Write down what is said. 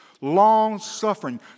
long-suffering